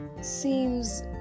seems